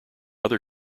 other